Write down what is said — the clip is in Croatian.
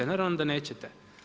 Naravno da nećete.